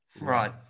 Right